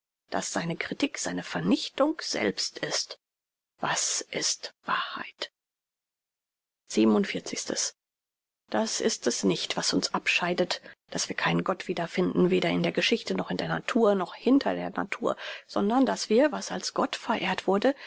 das seine kritik seine vernichtung selbst ist was ist wahrheit das ist es nicht was uns abscheidet daß wir keinen gott wiederfinden weder in der geschichte noch in der natur noch hinter der natur sondern daß wir was als gott verehrt wurde